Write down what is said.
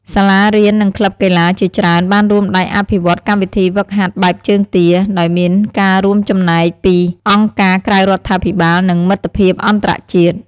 សាលារៀននិងក្លឹបកីឡាជាច្រើនបានរួមដៃអភិវឌ្ឍកម្មវិធីហ្វឹកហាត់បែបជើងទា ដោយមានការរួមចំណែកពីអង្គការក្រៅរដ្ឋាភិបាល និងមិត្តភាពអន្តរជាតិ។